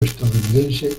estadounidense